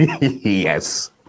Yes